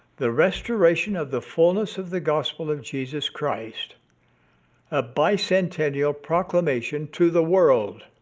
the restoration of the fulness of the gospel of jesus christ a bicentennial proclamation to the world.